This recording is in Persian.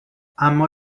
اما